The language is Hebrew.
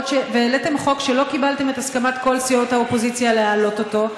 והעליתם חוק שלא קיבלתם את הסכמת כל סיעות האופוזיציה להעלות אותו,